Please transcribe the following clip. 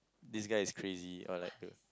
this guy is crazy or like